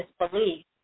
disbelief